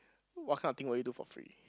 what kind of thing will you do for free